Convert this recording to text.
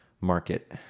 market